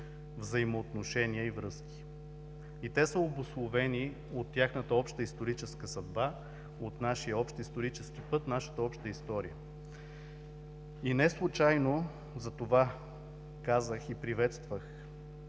взаимоотношения и връзки. Те са обусловени от тяхната обща историческа съдба, от нашия общ исторически път, нашата обща история. Неслучайно затова казах и приветствах